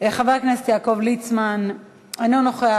חבר הכנסת יעקב ליצמן, אינו נוכח.